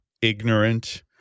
ignorant